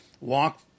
walk